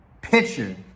picture